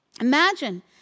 Imagine